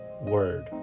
word